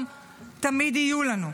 גם תמיד יהיו לנו.